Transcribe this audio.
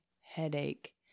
headache